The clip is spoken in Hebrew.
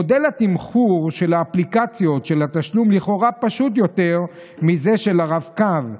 מודל התמחור של אפליקציות התשלום לכאורה פשוט יותר מזה של הרב-קו,